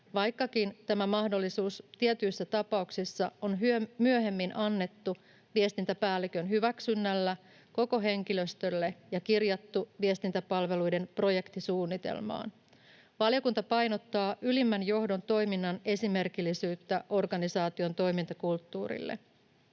vaikkakin tämä mahdollisuus tietyissä tapauksissa on myöhemmin annettu viestintäpäällikön hyväksynnällä koko henkilöstölle ja kirjattu viestintäpalveluiden projektisuunnitelmaan. Valiokunta painottaa ylimmän johdon toiminnan esimerkillisyyttä organisaation toimintakulttuurille.